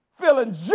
feeling